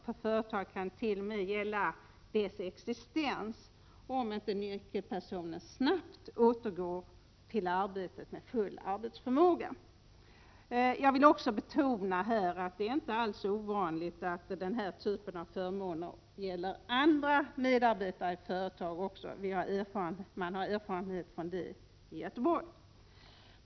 För företaget kan det t.o.m. gälla dess existens om nyckelpersoner inte snabbt återgår till arbetet med full arbetsförmåga. Jag vill också betona att det inte alls är ovanligt att denna typ av förmåner gäller också andra medarbetare i ett företag. Man har erfarenhet av detta i Göteborg.